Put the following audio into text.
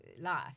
life